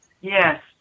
Yes